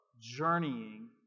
journeying